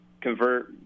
convert